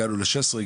הגענו ל-16,